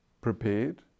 prepared